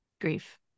Grief